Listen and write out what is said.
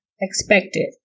expected